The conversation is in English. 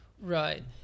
right